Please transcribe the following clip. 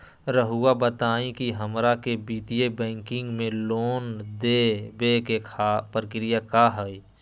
रहुआ बताएं कि हमरा के वित्तीय बैंकिंग में लोन दे बे के प्रक्रिया का होई?